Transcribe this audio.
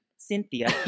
cynthia